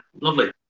lovely